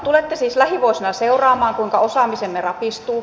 tulette siis lähivuosina seuraamaan kuinka osaamisemme rapistuu